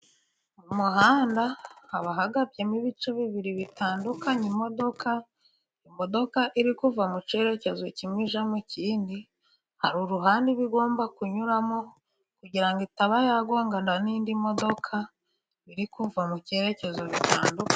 Mu muhanda haba hagabyemo ibice bibiri bitandukanya imodoka. Imodoka iri kuva mu cyerekezo kimwe ijya mu kindi hari uruhande iba igomba kunyuramo, kugira ngo itaba yagongana n'indi modoka biri kuva mu cyerekezo gitandukanye.